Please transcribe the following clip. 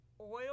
oil